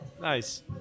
Nice